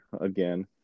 again